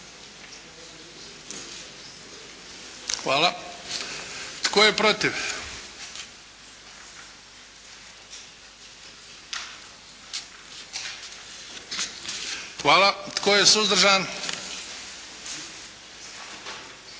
Hvala. Tko je protiv? Hvala. Tko je suzdržan? Imamo